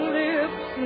lips